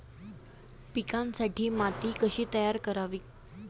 पिकांसाठी माती कशी तयार करावी?